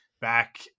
back